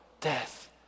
death